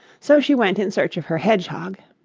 so she went in search of her hedgehog.